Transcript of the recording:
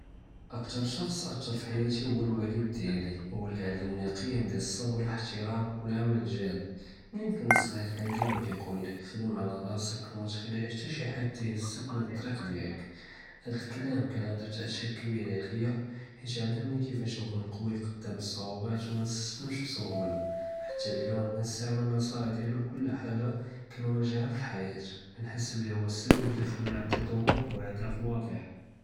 אכּתר שְׁח'ס אַתּר פְּחְיַאתִי הוא אלואלד דִיאַלי, הוא לִי עַלְמנִי קִיַם לִלצּבּר, אִחְתִראם וּלעַמַל גָ'אד. מן כּנת צְגִ'יר כָּן דִימָא כּיַקוּלִי חְדְם עלא ראסכּ וּמתְּכְּלִיש חְתּא שִׁי חְד יְהְזכּ מן טּרִיק דִיאַלכּ, האד לְכְּלָאם כָּן ענדו תּאתִּיר כְּבִּיר עליַא חִית עַלְמנִי כִּיפאש נכּוּן קּוִי קְּדָאם צְעוּבּאת וּמָאנִיתְּסְלֶמְש בּסּוּהוּלָה. חתּא לליוּם כּנְסתַעמֶל נצָאיְח דִיאַלְו כֻּל חָאגָה כּנואגְ'הָא פִּלחְיַאה, כּנְחס הוא סֶבֶּבּ לִי חְלָא ענדִי טּמֻוּח וּאַהְדָאף וָאדְחָה.